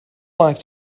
like